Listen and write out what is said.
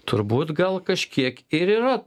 turbūt gal kažkiek ir yra